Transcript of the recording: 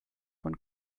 von